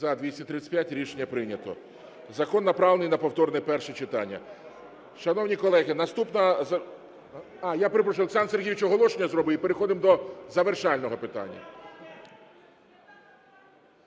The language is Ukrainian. За-235 Рішення прийнято. Закон направлено на повторне перше читання. Шановні колеги, наступна… Я перепрошую. Олександр Сергійович оголошення зробить. І переходимо до завершального питання.